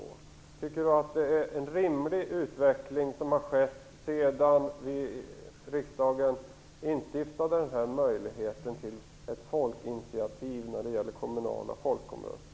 Tycker Birgit Friggebo att det har varit en rimlig utveckling sedan riksdagen instiftade denna möjlighet till ett folkinitiativ när det gäller kommunala folkomröstningar?